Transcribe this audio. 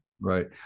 Right